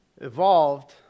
evolved